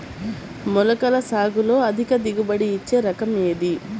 మొలకల సాగులో అధిక దిగుబడి ఇచ్చే రకం ఏది?